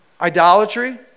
Idolatry